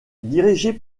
dirigée